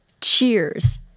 Cheers